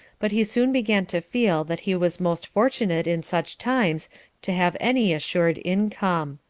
but he soon began to feel that he was most fortunate in such times to have any assured income.